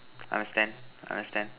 understand understand